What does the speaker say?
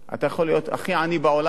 אתה יכול להיות הכי עני בעולם,